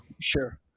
Sure